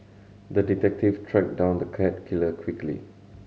the detective tracked down the cat killer quickly